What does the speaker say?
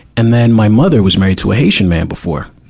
and then, my mother was married to a haitian man before.